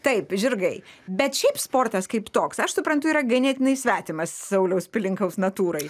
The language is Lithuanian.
taip žirgai bet šiaip sportas kaip toks aš suprantu yra ganėtinai svetimas sauliaus pilinkaus natūrai